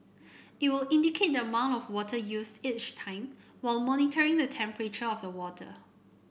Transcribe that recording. it will indicate the amount of water used each time while monitoring the temperature of the water